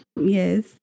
yes